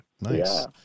Nice